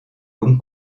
long